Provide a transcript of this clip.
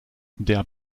der